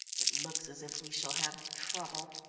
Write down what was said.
it looks as if we shall have trouble.